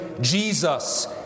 Jesus